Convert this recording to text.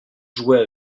jouait